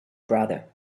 brother